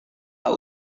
tak